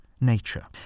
nature